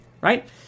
right